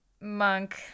Monk